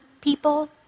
people